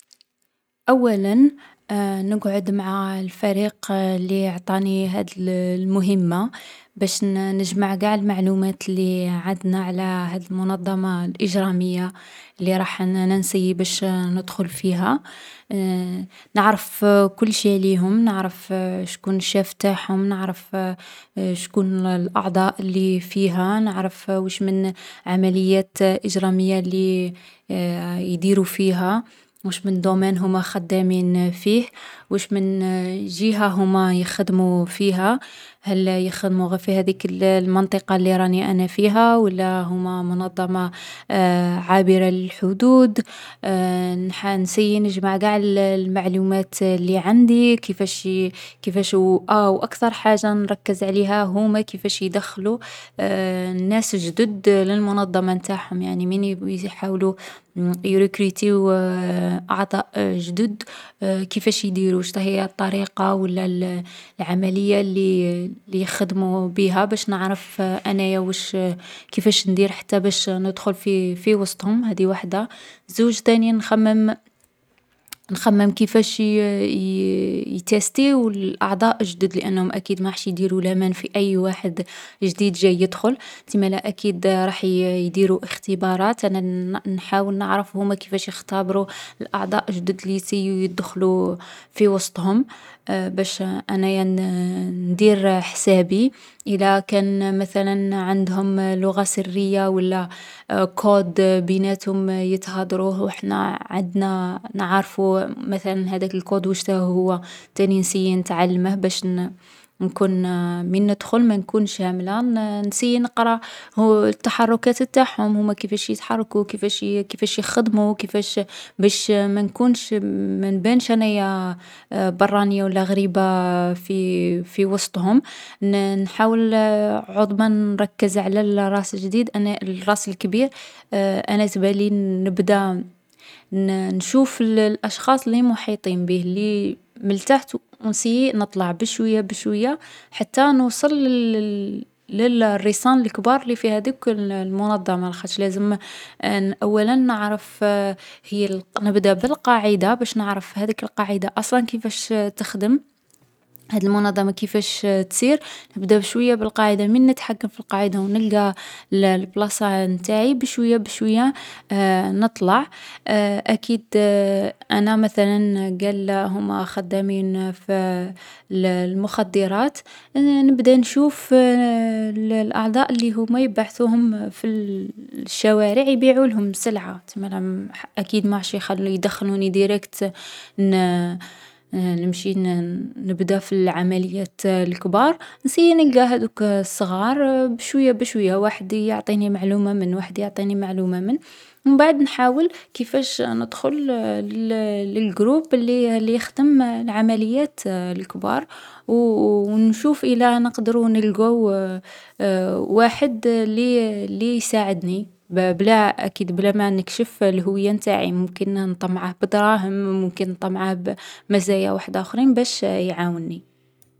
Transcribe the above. أولا، نقعد مع الفريق لي عطاني هاذ المهمة باش نـ نجمع قاع المعلومات لي عندنا على هاد المنظمة الإجرامية. نعرف كلشي عليهم. نعرف شكون الشاف نتاعهم. نعرف شكون الأعضاء لي فيها. نعرف واش من عمليات إجرامية لي يديرو فيها. ثاني نشوف كيفاش يقبلو الأعضاء الجدد، واش هي الطريقة لي يجربو فيها الناس الجدد لي باغا تدخل للمنظمة نتاعهم باش ما نغلطش. و مبعد نسيي نجمع معلومات عليهم و على المعـ العمليات لي يديروها و الناس لي يخدمو معاهم.